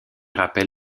rappel